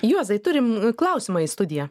juozai turim klausimą į studiją